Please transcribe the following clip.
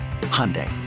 Hyundai